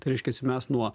tai reiškiasi mes nuo